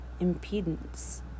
impedance